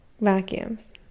vacuums